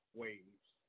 waves